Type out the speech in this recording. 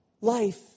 life